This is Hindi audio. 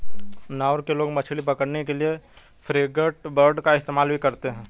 नाउरू के लोग मछली पकड़ने के लिए फ्रिगेटबर्ड का इस्तेमाल भी करते हैं